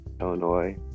Illinois